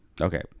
Okay